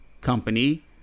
company